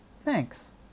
Thanks